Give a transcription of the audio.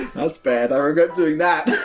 that's bad, i regret doing that.